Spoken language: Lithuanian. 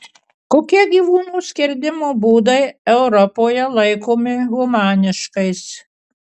kokie gyvūnų skerdimo būdai europoje laikomi humaniškais